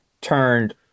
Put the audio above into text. turned